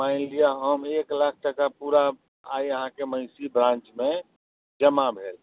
मानि लिअ हम एक लाख टका पूरा आइ अहाँके महिषी ब्रान्चमे जमा भेल